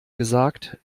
gesagt